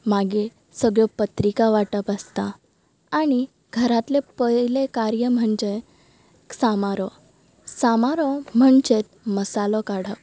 मागीर सगळ्यो पत्रिका वांटप आसता आनी घरांतलें पयलें कार्य म्हणजे सामारो सामारो म्हणजेत मसालो काडप